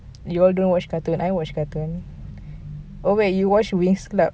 you all don't watch cartoon I watch cartoon oh wait you watch winx club